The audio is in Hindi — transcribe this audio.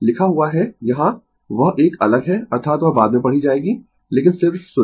लिखा हुआ है यहाँ वह एक अलग है अर्थात वह बाद में पढ़ी जायेगी लेकिन सिर्फ सुनें